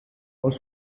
aus